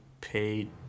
paid